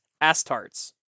Astartes